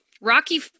Rocky